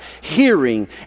hearing